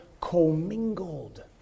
commingled